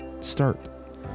start